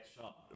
shot